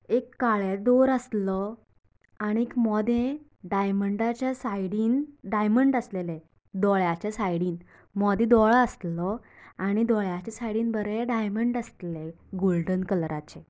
एक काळेलो दोर आसलो आनी एक मोदें डायमंडाच्या सायडिन डायमंड आसलेले दोळ्याच्या सायडिन मोदें दोळो आसलेलो आनी दोळ्याच्या सायडिन बरें डायमंड आसलेले गोल्डन कलराचे